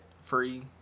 free